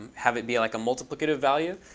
have it be like, a multiplicative value.